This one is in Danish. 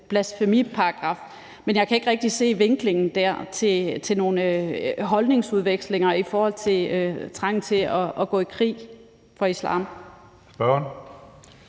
blasfemiparagraf, men jeg kan ikke rigtig se vinklingen dér til nogen holdningsudvekslinger i forhold til trangen til at gå i krig for islam. Kl.